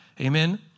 Amen